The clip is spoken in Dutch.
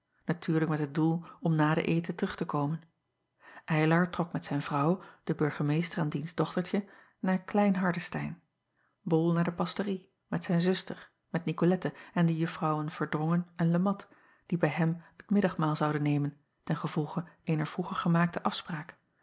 natuurlijk met het doel om na den eten terug te komen ylar trok met zijn vrouw den burgemeester en diens dochtertje naar lein ardestein acob van ennep laasje evenster delen ol naar de pastorie met zijn zuster met icolette en de uffrouwen erdrongen en e at die bij hem het middagmaal zouden nemen ten gevolge eener vroeger gemaakte afspraak